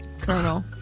Colonel